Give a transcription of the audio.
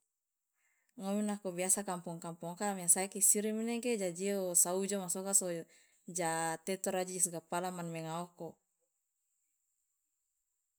Ngomi nako biasa kampong kampong oka mia saeke isiri manege jaje saujo ma soka so ja tetoro aje josgapala man menga oko.